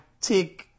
take